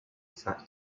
exact